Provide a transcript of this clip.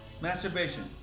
masturbation